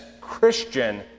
Christian